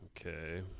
Okay